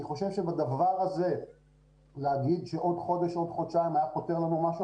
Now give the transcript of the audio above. אני חושב שבדבר הזה לומר שעוד חודש או עוד חודשיים היו פותרים לנו משהו,